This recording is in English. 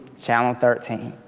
channel and thirteen.